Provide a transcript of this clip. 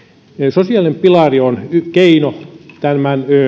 sosiaalinen pilari on keino tämän